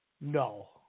No